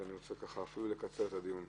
אז אני רוצה לקצר את הדיון.